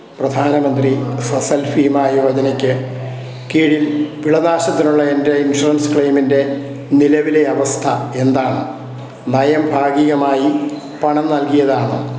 പ്രധാനമന്ത്രി ഫസൽ ഭീമാ യോജനക്ക് കീഴിൽ വിളനാശത്തിനുള്ള എന്റെ ഇൻഷുറൻസ് ക്ലെയിമിന്റെ നിലവിലെ അവസ്ഥ എന്താണ് നയം ഭാഗികമായി പണം നൽകിയതാണോ